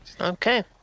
Okay